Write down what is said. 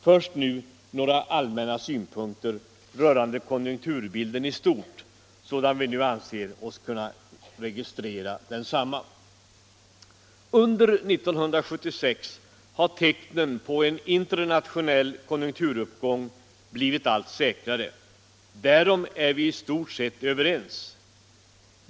Först några allmänna synpunkter rörande konjunkturbilden i stort sådan vi nu anser oss kunna registrera densamma. Under 1976 har tecknen på en internationell konjunkturuppgång blivit allt säkrare. Därom är vi i stort sett överens.